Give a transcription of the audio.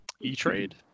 E-Trade